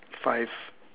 five